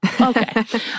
okay